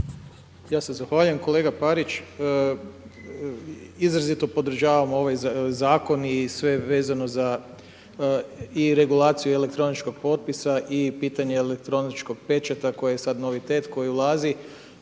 Ja se zahvaljujem. Kolega Parić, izrazito podržavam ovaj zakon i sve vezano za i regulaciju elektroničkog potpisa i pitanje elektroničkog pečata koji je sad novitet koji ulazi.